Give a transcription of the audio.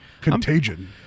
Contagion